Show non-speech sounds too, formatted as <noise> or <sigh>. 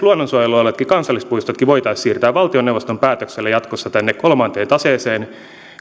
<unintelligible> luonnonsuojelualueetkin kansallispuistotkin voitaisiin siirtää valtioneuvoston päätöksellä jatkossa tänne kolmanteen taseeseen kun